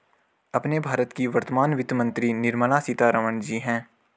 अपने भारत की वर्तमान वित्त मंत्री निर्मला सीतारमण जी हैं